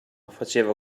faceva